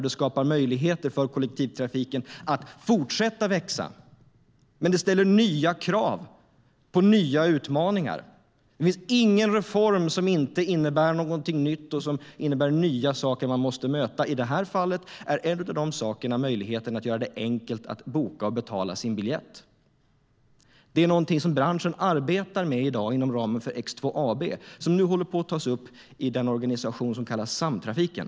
Det skapar också möjligheter för kollektivtrafiken att fortsätta att växa. Samtidigt ställer det nya krav och innebär nya utmaningar. Det finns ingen reform som inte innebär någonting nytt, som inte innebär nya saker som man måste möta. I det här fallet är en sådan sak möjligheten att göra det enkelt att boka och betala sin biljett. Det är någonting som branschen inom ramen för X2AB arbetar med i dag. Det håller nu på att tas upp i den organisation som kallas Samtrafiken.